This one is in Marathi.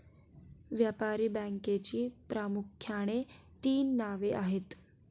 व्यापारी बँकेची प्रामुख्याने तीन नावे आहेत